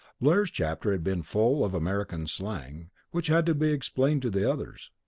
blair's chapter had been full of american slang which had to be explained to the others.